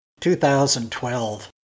2012